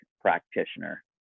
practitioner